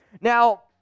Now